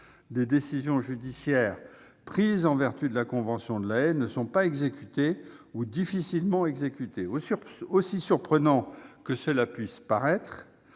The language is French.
Des décisions judiciaires prises en vertu de la convention de La Haye ne sont pas exécutées ou le sont difficilement. Aussi surprenant que cela puisse paraître,